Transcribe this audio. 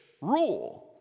rule